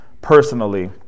personally